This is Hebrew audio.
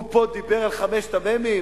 הוא דיבר פה על חמשת המ"מים?